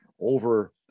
over